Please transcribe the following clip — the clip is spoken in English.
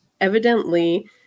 evidently